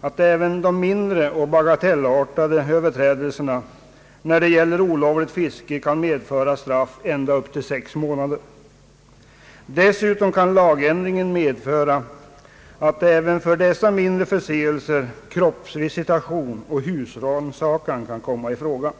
att även de mindre och bagatellartade överträdelserna när det gäller olovligt fiske kan medföra straff ända upp till sex månader. Dessutom kan lagändringen medföra att även för dessa mindre förseelser kroppsvisitation och husrannsakan kan komma i fråga.